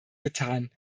getan